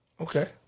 Okay